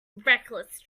reckless